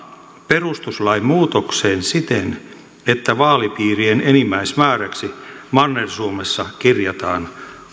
perustuslain muutokseen siten että vaalipiirien enimmäismääräksi manner suomessa kirjataan